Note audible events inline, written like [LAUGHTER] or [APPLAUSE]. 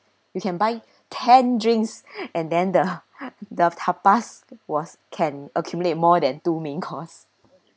you can buy ten drinks [BREATH] and then the [LAUGHS] the tapas was can accumulate more than two main course